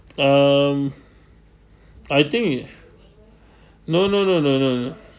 um I think ya no no no no no no